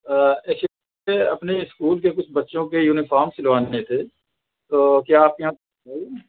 actually اپنے school کے کچھ بچوں کے یونیفارم سلوانے تھے تو کیا آپ کے یہاں